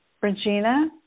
Regina